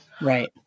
Right